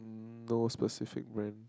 mm no specific brand